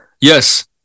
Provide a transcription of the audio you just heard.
yes